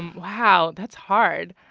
wow, that's hard.